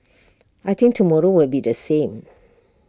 I think tomorrow will be the same